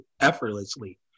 effortlessly